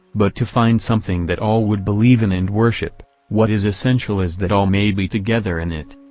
but to find something that all would believe in and worship what is essential is that all may be together in it.